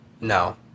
No